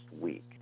week